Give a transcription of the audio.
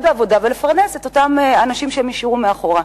ולפרנס את אותם אנשים שהם השאירו מאחור.